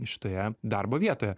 šitoje darbo vietoje